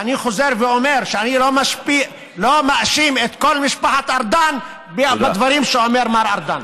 ואני חוזר ואומר שאני לא מאשים את כל משפחת ארדן בדברים שאומר מר ארדן.